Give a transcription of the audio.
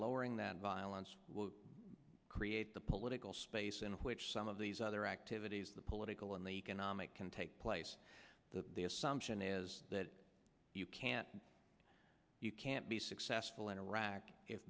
lowering that violence will create the political space in which some of these other activities the political and the economic can take place that the assumption is that you can't you can't be successful in iraq if